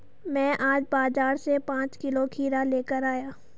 मैं आज बाजार से पांच किलो खीरा लेकर आया